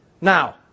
Now